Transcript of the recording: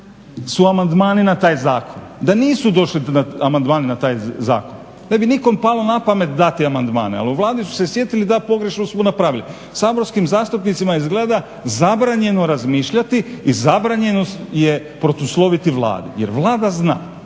amandmani na taj zakon. Da nisu došli amandmani na taj zakon ne bi nikom palo na pamet dati amandmane. Ali u Vladi su se sjetili dati, pogrešku smo napravili. Saborskim zastupnicima izgleda zabranjeno razmišljati i zabranjeno je protusloviti Vladi jer Vlada zna,